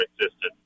existed